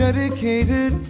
Dedicated